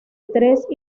tres